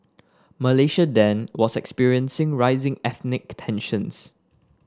Malaysia then was experiencing rising ethnic tensions